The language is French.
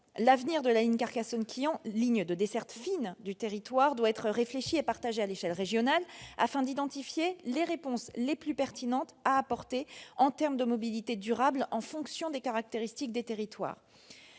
l'avenir de la ligne Carcassonne-Quillan, ligne de desserte fine du territoire, doit être envisagé à l'échelle régionale afin d'identifier les réponses les plus pertinentes à apporter en termes de mobilité durable, en fonction des caractéristiques des territoires.